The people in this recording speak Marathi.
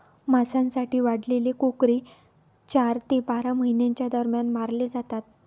मांसासाठी वाढवलेले कोकरे चार ते बारा महिन्यांच्या दरम्यान मारले जातात